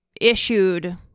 issued